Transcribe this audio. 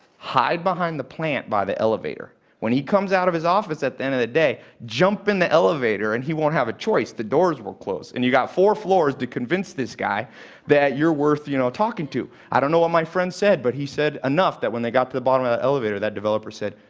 hide behind the plant by the elevator. when he comes out of his office at the end of the day, jump into and the elevator. and he won't have a choice. the doors will close. and you've got four floors to convince this guy that you're worth you know talking to. i don't know what my friend said, but he said enough that when they got to the bottom of the elevator, that developer said,